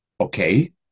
okay